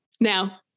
Now